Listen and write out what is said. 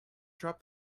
drop